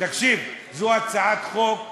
תקשיב, זו הצעת חוק זולה,